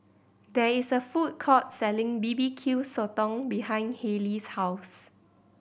there is a food court selling B B Q Sotong behind Haylie's house